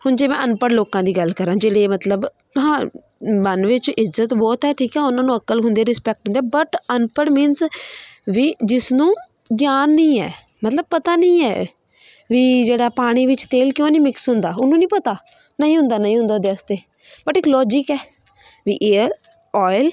ਹੁਣ ਜੇ ਮੈਂ ਅਣਪੜ੍ਹ ਲੋਕਾਂ ਦੀ ਗੱਲ ਕਰਾਂ ਜਿਹੜੇ ਮਤਲਬ ਹਾਂ ਮਨ ਵਿੱਚ ਇੱਜਤ ਬਹੁਤ ਹੈ ਠੀਕ ਆ ਉਹਨਾਂ ਨੂੰ ਅਕਲ ਹੁੰਦੀ ਰਿਸਪੈਕਟ ਹੁੰਦਾ ਬਟ ਅਣਪੜ੍ਹ ਮੀਨਸ ਵੀ ਜਿਸ ਨੂੰ ਗਿਆਨ ਨਹੀਂ ਹੈ ਮਤਲਬ ਪਤਾ ਨਹੀਂ ਹੈ ਵੀ ਜਿਹੜਾ ਪਾਣੀ ਵਿੱਚ ਤੇਲ ਕਿਉਂ ਨਹੀਂ ਮਿਕਸ ਹੁੰਦਾ ਉਹਨੂੰ ਨਹੀਂ ਪਤਾ ਨਹੀਂ ਹੁੰਦਾ ਨਹੀਂ ਹੁੰਦਾ ਉਹਦੇ ਵਾਸਤੇ ਬਟ ਇੱਕ ਲੋਜਿਕ ਹੈ ਵੀ ਏਅਰ ਆਇਲ